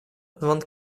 vingt